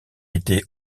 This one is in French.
était